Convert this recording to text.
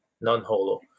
non-holo